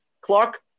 Clark